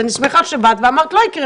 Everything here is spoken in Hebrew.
אני שמחה שבאת ואמרת שזה לא יקרה,